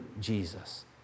Jesus